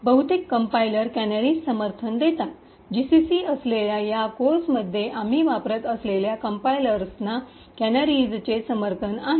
बहुतेक compiler canaries समर्थन देतात जीसीसी असलेल्या या कोर्समध्ये आम्ही वापरत असलेल्या कंपाईलर्सना कॅनरीजचे समर्थन आहे